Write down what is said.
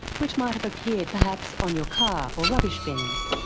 which might have appeared, perhaps, on your car, or rubbish bins.